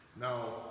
Now